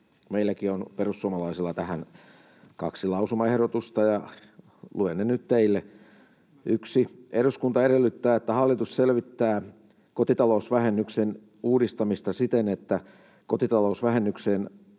Meillä perussuomalaisillakin on tähän kaksi lausumaehdotusta, ja luen ne nyt teille: 1. ”Eduskunta edellyttää, että hallitus selvittää kotitalousvähennyksen uudistamista siten, että kotitalousvähennykseen